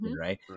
right